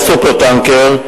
ה"סופר-טנקר",